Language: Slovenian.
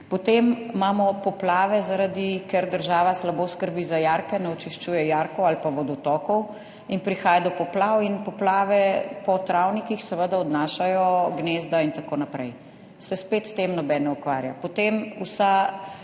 Potem imamo poplave, ker država slabo skrbi za jarke, ne očiščuje jarkov ali pa vodotokov in prihaja do poplav. Poplave po travnikih seveda odnašajo gnezda in tako naprej. Spet se s tem noben ne ukvarja. Potem cel